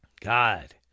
God